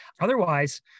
otherwise